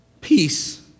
peace